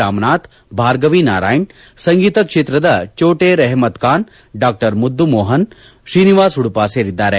ರಾಮನಾಥ್ ಭಾರ್ಗವಿ ನಾರಾಯಣ್ ಸಂಗೀತ ಕ್ಷೇತ್ರದ ಚೋಟೆ ರೆಹಮತ್ ಖಾನ್ ಡಾ ಮುದ್ದು ಮೋಹನ ಶ್ರೀನಿವಾಸ ಉಡುಪ ಸೇರಿದ್ದಾರೆ